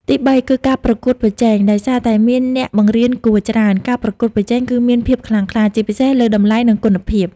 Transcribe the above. ទីបី គឺការប្រកួតប្រជែង ដោយសារតែមានអ្នកបង្រៀនគួរច្រើន ការប្រកួតប្រជែងគឺមានភាពខ្លាំងក្លា ជាពិសេសលើតម្លៃ និងគុណភាព។